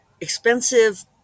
expensive